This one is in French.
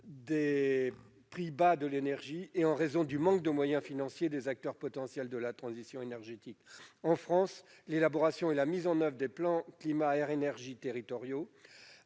des prix bas de l'énergie et en raison du manque de moyens financiers des acteurs potentiels de la transition énergétique. En France, l'élaboration et la mise en oeuvre des PCAET à l'échelle des